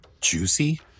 Juicy